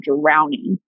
drowning